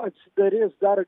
atsidarys dar